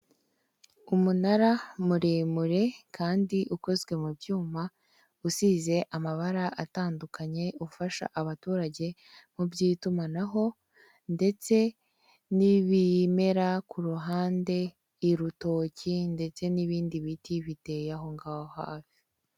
Umunara muremure kandi ukozwe mu byuma usize amabara atandukanye ufasha abaturage mu by'itumanaho ndetse n'ibimera ku ruhande, urutoki ndetse n'ibindi biti biteye aho ngaho hafi.